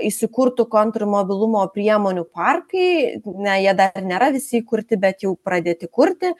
įsikurtų kontrmobilumo priemonių parkai na jie dar nėra visi įkurti bet jau pradėti kurti